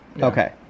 Okay